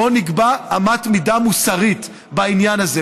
בואו נקבע אמת מידה מוסרית בעניין הזה.